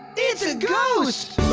it's a ghost,